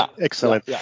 excellent